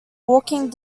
walking